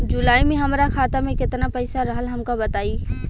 जुलाई में हमरा खाता में केतना पईसा रहल हमका बताई?